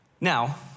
Now